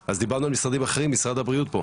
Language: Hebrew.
אז דיברנו על משרדים אחרים, משרד הבריאות פה.